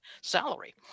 salary